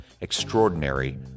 Extraordinary